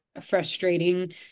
frustrating